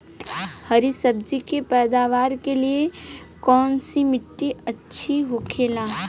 हरी सब्जी के पैदावार के लिए कौन सी मिट्टी अच्छा होखेला?